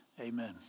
Amen